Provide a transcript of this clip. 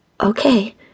Okay